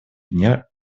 дня